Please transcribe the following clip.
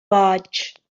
boig